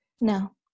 No